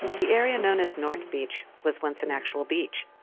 the area known as north beach was once an actual beach.